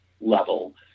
level